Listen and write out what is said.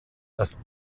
das